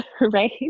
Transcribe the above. right